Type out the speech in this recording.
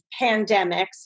pandemics